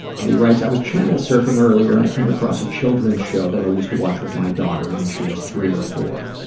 and he writes, i was channel surfing earlier and i came across a children's show that i used to watch with my daughter when she was three or four.